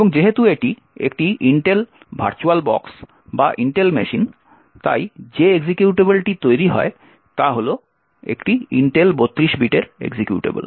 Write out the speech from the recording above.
এবং যেহেতু এটি একটি ইন্টেল ভার্চুয়াল বক্স বা ইন্টেল মেশিন তাই যে এক্সিকিউটেবলটি তৈরি হয় তা হল একটি ইন্টেল 32 বিট এক্সিকিউটেবল